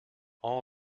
all